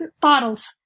bottles